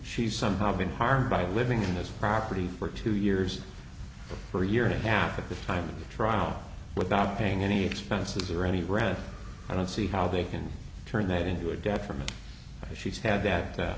she's somehow been harmed by living in this property for two years or for a year and a half at the time of the trial without paying any expenses or any rant i don't see how they can turn that into a detriment if she's had that